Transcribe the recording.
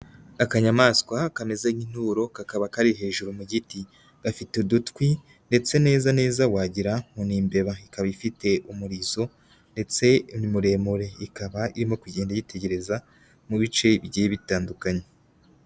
Akanyamaswa kameze nk'inturo kakaba kari hejuru mu giti, gafite udutwi ndetse neza neza wagira ngo n'imbeba, ikaba ifite umurizo ndetse ni muremure, ikaba irimo kugenda yitegereza mu bice bigiye bitandukanye.